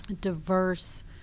diverse